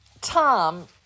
Tom